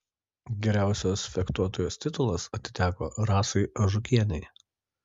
geriausios fechtuotojos titulas atiteko rasai ažukienei